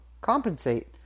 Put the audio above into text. compensate